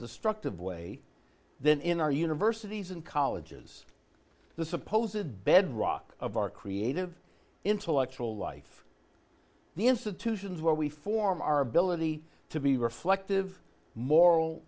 destructive way than in our universities and colleges the suppose it bedrock of our creative intellectual life the institutions where we form our ability to be reflective moral